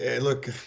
Look